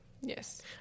Yes